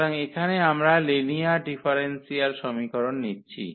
সুতরাং এখানে আমরা লিনিয়ার ডিফারেনশিয়াল সমীকরণ নিচ্ছি